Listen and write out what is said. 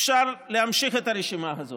אפשר להמשיך את הרשימה הזאת.